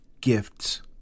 gifts